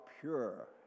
pure